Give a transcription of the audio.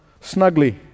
snugly